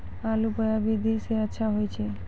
आलु बोहा विधि सै अच्छा होय छै?